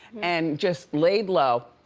and just laid low,